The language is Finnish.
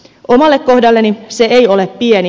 omalle kohdalleni se ei ole pieni